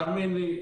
תאמין לי,